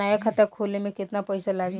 नया खाता खोले मे केतना पईसा लागि?